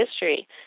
history